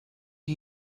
are